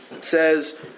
says